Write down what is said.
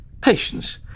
patience